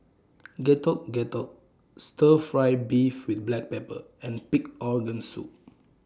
Getuk Getuk Stir Fry Beef with Black Pepper and Pig Organ Soup